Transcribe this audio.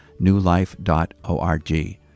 newlife.org